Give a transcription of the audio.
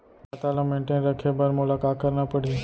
खाता ल मेनटेन रखे बर मोला का करना पड़ही?